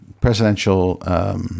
presidential